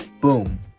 boom